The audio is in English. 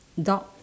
dog